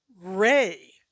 Ray